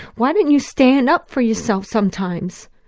why don't you stand up for yourself sometimes?